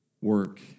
work